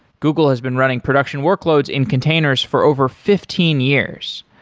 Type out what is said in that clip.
google has been running production workloads in containers for over fifteen years.